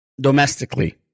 domestically